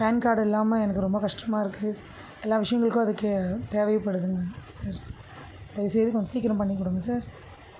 pan card இல்லாமல் எனக்கு ரொம்ப கஷ்டமாக இருக்குது எல்லா விஷயங்களுக்கு அதுக்கு தேவைப்படுதுங்க சார் தயவு செய்து கொஞ்சம் சீக்கிரம் பண்ணிக் கொடுங்க சார்